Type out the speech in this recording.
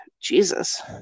Jesus